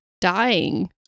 Dying